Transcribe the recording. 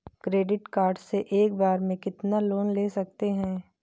Credit card से एक बार में कितना लोन ले सकते हैं?